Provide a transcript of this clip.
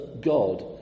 God